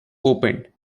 opened